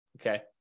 Okay